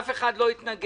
אף אחד לא התנגד,